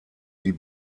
die